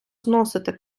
зносити